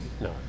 no